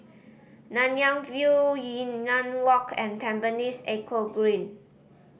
Nanyang View Yunnan Walk and Tampines Eco Green